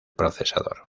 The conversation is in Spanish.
procesador